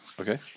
Okay